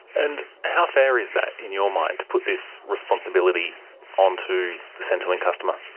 and how fair is that in your mind to put this responsibility onto the centrelink customer?